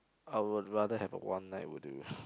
I would rather have a one night will do